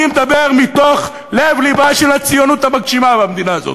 אני מדבר מתוך לב-לבה של הציונות המגשימה במדינה הזאת.